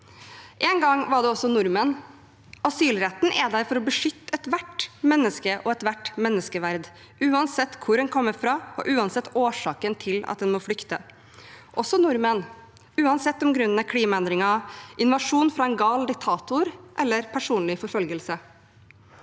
En gang var det nordmenn. Asylretten er der for å beskytte ethvert menneske og ethvert menneskeverd, uansett hvor en kommer fra, og uansett årsaken til at en må flykte – også nordmenn, uansett om grunnen er klimaendringer, invasjon fra en gal diktator eller personlig forfølgelse.